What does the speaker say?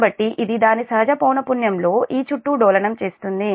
కాబట్టి ఇది దాని సహజ పౌనఃపున్యం లో 'e' చుట్టూ డోలనం చేస్తుంది